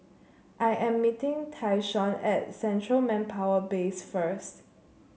I am meeting Tyshawn at Central Manpower Base first